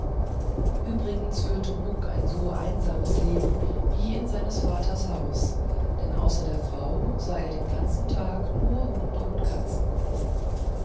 übrigens führte muck ein so einsames leben wie in seines vaters haus denn außer der frau sah er den ganzen tag nur hunde und katzen